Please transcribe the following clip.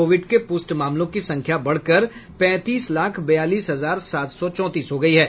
Covid के पुष्ट मामलों की संख्या बढ़कर पैंतीस लाख बयालीस हजार सात सौ चौंतीस हो गई है